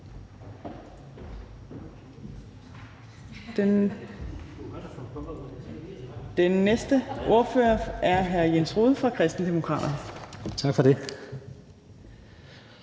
Den næste ordfører er hr. Jens Rode fra Kristendemokraterne.